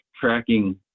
tracking